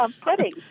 pudding